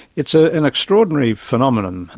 it's ah an extraordinary phenomenon. and